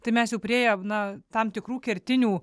tai mes jau priėjom na tam tikrų kertinių